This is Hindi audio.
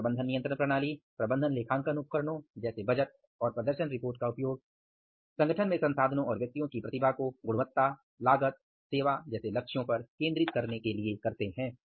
एक प्रबंधन नियंत्रण प्रणाली प्रबंधन लेखांकन उपकरणों जैसे बजट और प्रदर्शन रिपोर्ट का उपयोग संगठन में संसाधनों और व्यक्तियों की प्रतिभा को गुणवत्ता लागत सेवा जैसे लक्ष्यों पर केंद्रित करने के लिए करते हैं